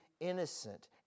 innocent